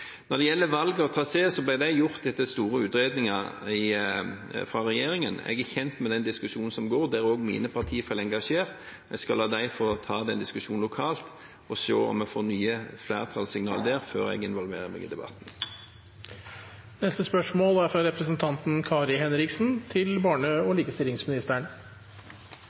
Når det gjelder valg av trasé, ble det gjort etter store utredninger fra regjeringens side. Jeg er kjent med den diskusjonen, der også mine partifeller er engasjert. Jeg skal la dem få ta den diskusjonen lokalt og se om jeg får nye flertallssignaler derfra før jeg involverer meg i debatten. Vi går da til spørsmål 12. «Hvor mange årsverk brukes på anbudsbyråkrati i barnevernet, og